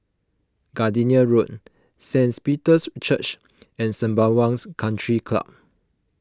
Gardenia Road Saint Peter's Church and Sembawang Country Club